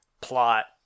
plot